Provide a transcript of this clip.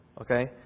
Okay